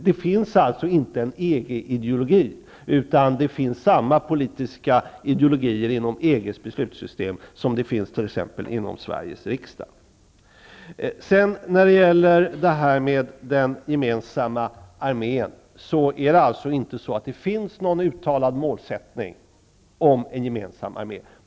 Det finns alltså inte någon EG-ideologi, utan det finns samma politiska ideologier inom EG:s beslutssystem som det finns t.ex. inom Det finns inte någon uttalad målsättning om en gemensam armé.